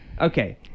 Okay